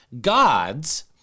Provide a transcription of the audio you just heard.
Gods